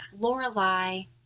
Lorelai